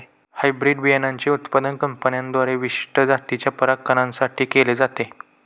hybrid बियाणांचे उत्पादन कंपन्यांद्वारे विशिष्ट जातीच्या परागकणां साठी केले जाते